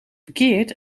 bekeert